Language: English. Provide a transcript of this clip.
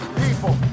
people